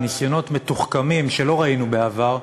ניסיונות מתוחכמים שלא ראינו בעבר,